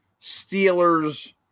Steelers